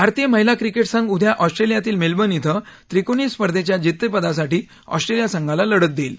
भारतीय महिला क्रिकेट संघ उद्या ऑस्ट्रेल्यातील मेलबर्न इथं त्रिकोणीय स्पर्धेच्या जेत्तेपदासाठी ऑस्ट्रेलिया संघाला लढत देईल